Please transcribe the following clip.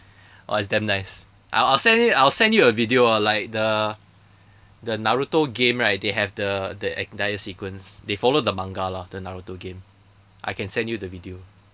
!wah! it's damn nice I'll I'll send it I'll send you a video of like the the naruto game right they have the the entire sequence they follow the manga lah the naruto game I can send you the video